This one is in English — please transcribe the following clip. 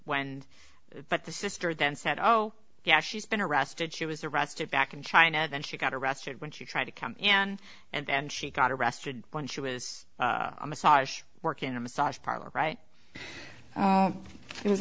when but the sister then said oh yeah she's been arrested she was arrested back in china then she got arrested when she tried to come and and she got arrested when she was a massage work in a massage parlor right it was